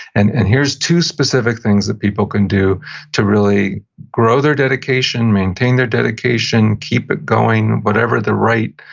and and here's two specific things that people can do to really grow their dedication, maintain their dedication, keep it going, whatever the right